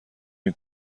این